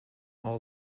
all